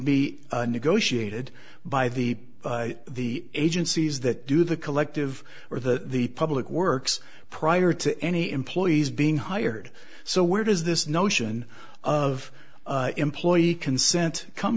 be negotiated by the the agencies that do the collective or the the public works prior to any employees being hired so where does this notion of employee consent come